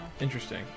Interesting